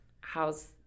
How's